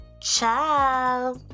Ciao